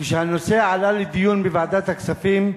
כשהנושא עלה לדיון בוועדת הכספים,